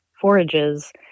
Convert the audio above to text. forages